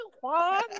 one